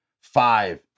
five